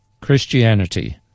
Christianity